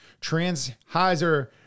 Transheiser